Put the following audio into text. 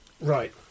right